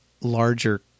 larger